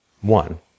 One